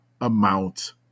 amount